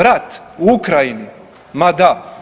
Rat u Ukrajini, ma da.